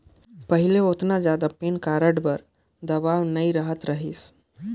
पहिले ओतना जादा पेन कारड बर दबाओ नइ रहें लाइस